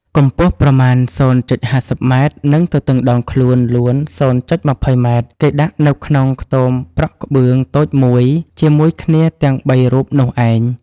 កម្ពស់ប្រមាណ ០.៥០ម និងទទឹងដងខ្លួនលួន ០.២០ម គេដាក់នៅក្នុងខ្ទមប្រក់ក្បឿងតូចមួយ ជាមួយគ្នាទាំង ៣រូបនោះឯង ។